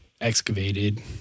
excavated